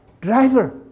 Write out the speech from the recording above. driver